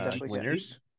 winners